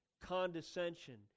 condescension